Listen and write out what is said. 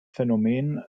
phänomen